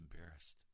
embarrassed